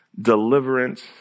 deliverance